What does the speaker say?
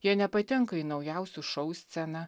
jie nepatenka į naujausių šou sceną